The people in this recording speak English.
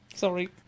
Sorry